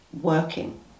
working